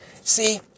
See